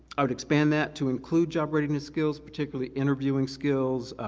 i would expand that to include job readiness skills, particularly interviewing skills,